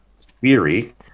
theory